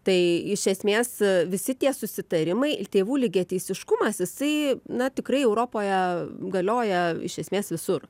tai iš esmės visi tie susitarimai ir tėvų lygiateisiškumas jisai na tikrai europoje galioja iš esmės visur